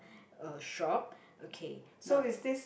a shop okay now